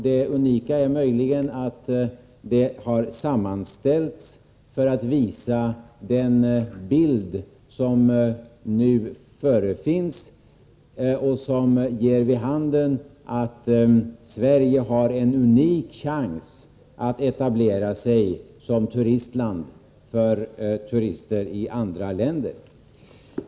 Det unika är möjligen att det har sammanställts för att visa den bild som nu förefinns och som ger vid handen att Sverige har en unik chans att etablera sig som turistland för turister från andra länder.